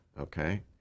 okay